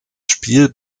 spiel